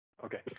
Okay